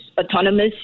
autonomous